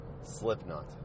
Slipknot